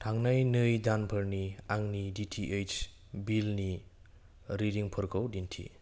थांनाय नै दानफोरनि आंनि डि टि एइत्स बिलनि रिदिंफोरखौ दिन्थि